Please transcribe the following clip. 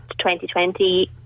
2020